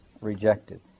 rejected